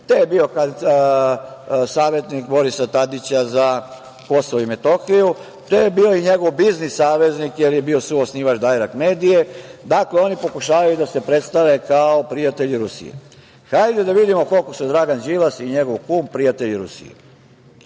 to je bio savetnik Borisa Tadića za Kosovo i Metohiju, to je bio i njegov biznis saveznik jer je bio suosnivač „Dajrekt medije“. Dakle, oni pokušavaju da se predstave kao prijatelji Rusije. Hajde da vidimo koliko su Dragan Đilas i njegov kum prijatelji Rusije.